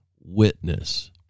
witness